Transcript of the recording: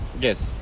Yes